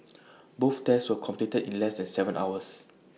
both tests were completed in less than Seven hours